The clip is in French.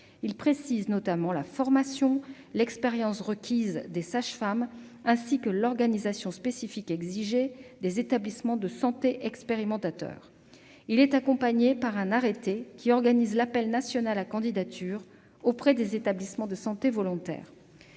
les sages-femmes, la formation et l'expérience requises, ainsi que l'organisation spécifique exigée des établissements de santé expérimentateurs. Il est accompagné d'un arrêté, qui organise l'appel national à candidatures auprès des établissements de santé volontaires.